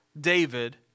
David